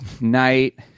night